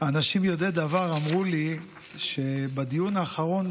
אנשים יודעי דבר אמרו לי שבדיון האחרון